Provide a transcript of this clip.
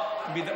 ובמה,